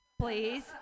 please